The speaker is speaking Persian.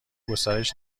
گسترش